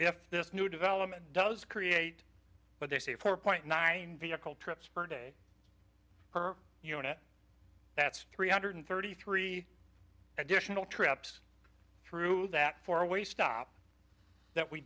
this new development does create but they say four point nine vehicle trips per day per unit that's three hundred thirty three additional trips through that four way stop that we